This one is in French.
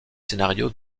scénarios